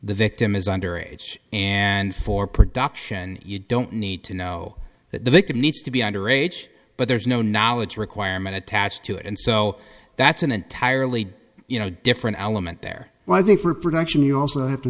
the victim is under age and for production you don't need to know that the victim needs to be under age but there's no knowledge requirement attached to it and so that's an entirely you know different element there i think for production you also have to